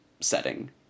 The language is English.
setting